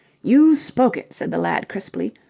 you spoke it! said the lad crisply,